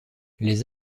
les